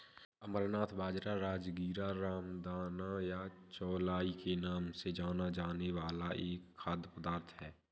अमरनाथ बाजरा, राजगीरा, रामदाना या चौलाई के नाम से जाना जाने वाला एक खाद्य पदार्थ है